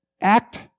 Act